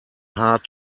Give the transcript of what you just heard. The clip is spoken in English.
hard